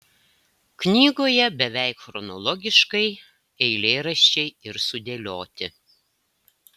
knygoje beveik chronologiškai eilėraščiai ir sudėlioti